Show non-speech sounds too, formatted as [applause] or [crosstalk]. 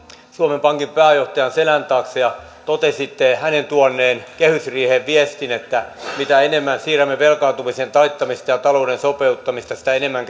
suomen pankin pääjohtajan selän taakse ja totesitte hänen tuoneen kehysriiheen viestin että mitä enemmän siirrämme velkaantumisen taittamista ja ja talouden sopeuttamista sitä enemmän [unintelligible]